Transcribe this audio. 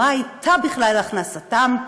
מה הייתה בכלל הכנסתם,